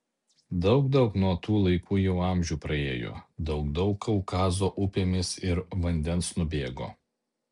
daug daug nuo tų laikų jau amžių praėjo daug daug kaukazo upėmis ir vandens nubėgo